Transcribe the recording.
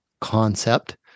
concept